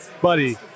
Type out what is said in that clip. buddy